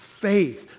faith